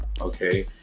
okay